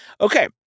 Okay